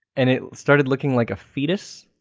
and it started looking like a fetus.